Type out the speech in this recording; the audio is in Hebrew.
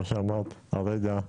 כמו שאמרת הרגע,